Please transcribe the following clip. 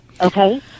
okay